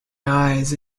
eyes